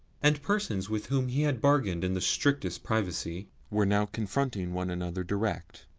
and persons with whom he had bargained in the strictest privacy, were now confronting one another direct.